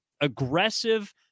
aggressive